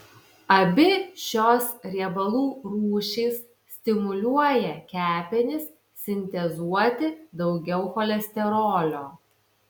abi šios riebalų rūšys stimuliuoja kepenis sintezuoti daugiau cholesterolio